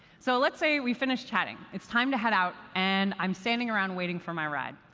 so let's say we finish chatting. it's time to head out. and i'm standing around, waiting for my ride.